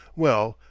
well,